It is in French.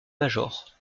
major